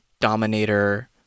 dominator